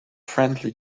friendly